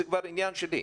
זה כבר העניין שלי.